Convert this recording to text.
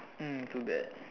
mm too bad